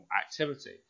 activity